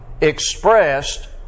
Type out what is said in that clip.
expressed